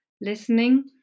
listening